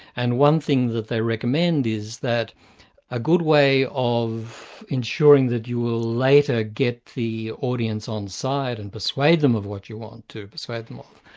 and one thing that they recommend is that a good way of ensuring that you will later get the audience on side and persuade them of what you want to persuade them of,